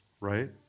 right